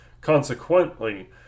Consequently